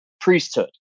priesthood